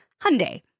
Hyundai